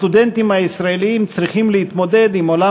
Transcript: הסטודנטים הישראלים צריכים להתמודד עם עולם